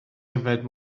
yfed